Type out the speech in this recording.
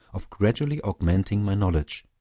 of gradually augmenting my knowledge,